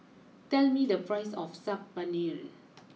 tell me the price of Saag Paneer